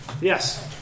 Yes